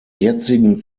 jetzigen